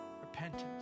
repentance